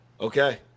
Okay